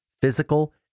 physical